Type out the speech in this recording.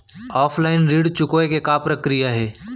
Offline ऋण चुकोय के का प्रक्रिया हे?